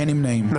הצבעה לא אושרו.